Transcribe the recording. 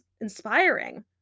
inspiring